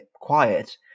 quiet